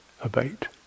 abate